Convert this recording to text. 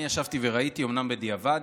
אני ישבתי וראיתי, אומנם בדיעבד,